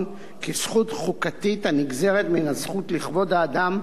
כזכות חוקתית הנגזרת מן הזכות לכבוד האדם,